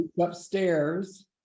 upstairs